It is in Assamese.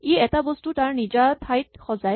ই এই বস্তুবোৰ তাৰ নিজা ঠাইত সজায়